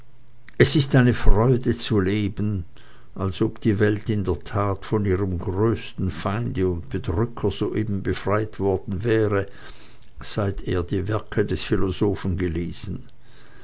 es ist eine freude zu leben als ob die welt in der tat von ihrem größten feinde und bedrücker soeben befreit worden wäre seit er die werke des philosophen gelesen